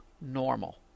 normal